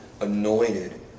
anointed